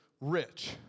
rich